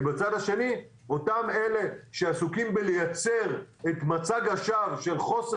ובצד השני אותם אלה שעסוקים בלייצר את מצג השווא של חוסר